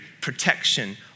protection